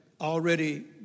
already